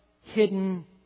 hidden